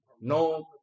No